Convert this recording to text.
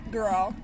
Girl